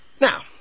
Now